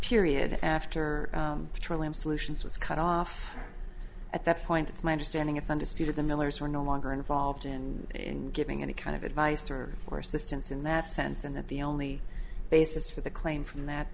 period after petroleum solutions was cut off at that point it's my understanding it's undisputed the millers were no longer involved in getting any kind of advice or for assistance in that sense and that the only basis for the claim from that